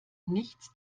nichts